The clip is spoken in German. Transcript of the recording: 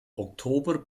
oktober